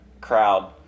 crowd